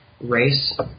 race